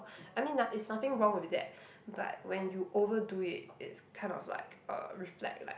I mean na~ is nothing wrong with that but when you overdo it it's kind of like uh reflect like